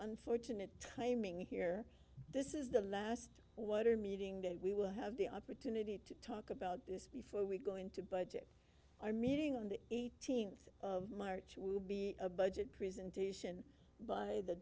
unfortunate timing here this is the last water meeting that we will have the opportunity to talk about this before we go into but our meeting on the eighteenth of march will be a budget presentation by the